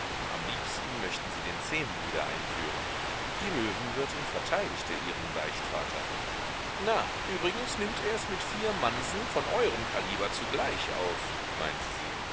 am liebsten möchten sie den zehnten wieder einführen die löwenwirtin verteidigte ihren beichtvater na übrigens nimmt ers mit vier mannsen von eurem kaliber zugleich auf meinte sie